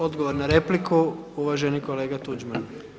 Odgovor na repliku uvaženi kolega Tuđman.